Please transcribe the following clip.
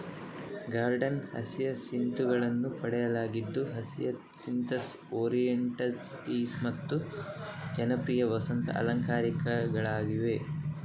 garden ಹಸಿಯಸಿಂತುಗಳನ್ನು ಪಡೆಯಲಾಗಿದ್ದು Hyacinthus, orientalis ಮತ್ತು ಜನಪ್ರಿಯ ವಸಂತ ಅಲಂಕಾರಿಕಗಳಾಗಿವೆ